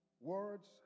words